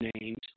names